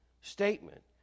statement